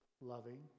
loving